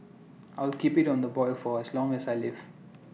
I'll keep IT on the boil for as long as I live